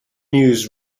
news